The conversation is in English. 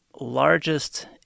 largest